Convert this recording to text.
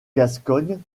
gascogne